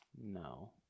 No